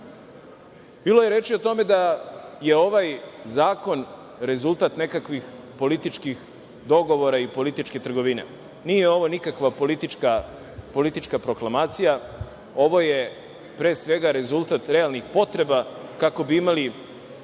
je reči o tome da je ovaj zakon rezultat nekakvih političkih dogovora i političke trgovine. Nije ovo nikakva politička proklamacija, ovo je pre svega rezultat realnih potreba kako bi imali